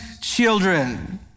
children